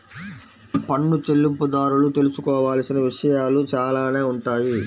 పన్ను చెల్లింపుదారులు తెలుసుకోవాల్సిన విషయాలు చాలానే ఉంటాయి